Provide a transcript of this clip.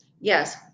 Yes